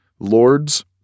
Lords